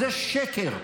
זה שקר.